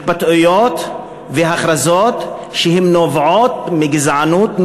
התבטאויות והכרזות שנובעות מגזענות,